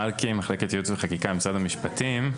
אני ממחלקת ייעוץ וחקיקה, משרד המשפטים.